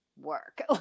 work